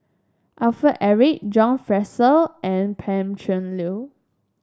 Alfred Eric John Fraser and Pan Cheng Lui